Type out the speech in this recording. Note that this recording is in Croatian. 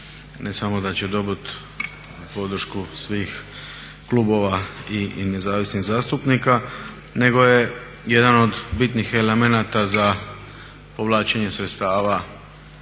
ne samo da će dobiti podršku svih klubova i nezavisnih zastupnika nego je jedan od bitnih elemenata za povlačenje sredstava